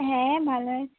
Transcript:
হ্যাঁ ভালো আছে